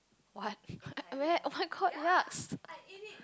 what where oh-my-god yucks